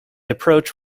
approach